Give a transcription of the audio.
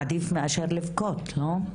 עדיף מאשר לבכות, לא?